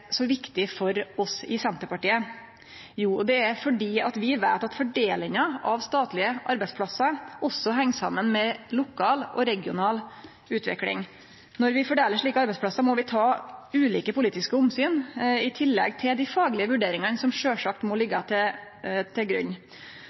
så viktig for oss i Senterpartiet? Jo, det er fordi vi veit at fordelinga av statlege arbeidsplassar også heng saman med lokal og regional utvikling. Når vi fordeler slike arbeidsplassar, må vi ta ulike politiske omsyn i tillegg til dei faglege vurderingane som sjølvsagt må